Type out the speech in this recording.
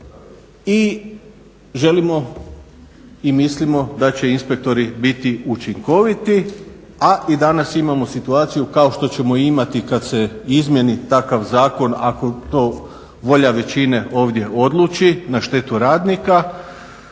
I želimo i mislimo da će inspektori biti učinkoviti. A i danas imamo situaciju kao što ćemo i imati kada se izmijeni takav zakon ako to volja većine ovdje odluči na štetu radnika